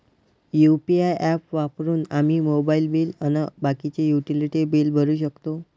UPI app वापरून आम्ही mobile bill अन बाकीचे युटिलिटी बिल भरू शकतो